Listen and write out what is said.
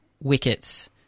wickets